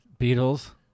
Beatles